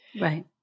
Right